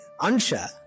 ansha